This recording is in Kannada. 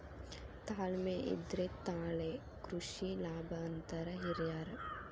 ತಾಳ್ಮೆ ಇದ್ರೆ ತಾಳೆ ಕೃಷಿ ಲಾಭ ಅಂತಾರ ಹಿರ್ಯಾರ್